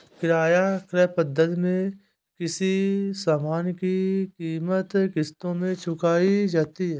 किराया क्रय पद्धति में किसी सामान की कीमत किश्तों में चुकाई जाती है